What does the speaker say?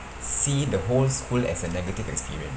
see the whole school as a negative experience